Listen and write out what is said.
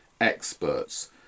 experts